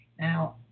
Now